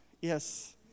Yes